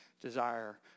desire